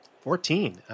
Fourteen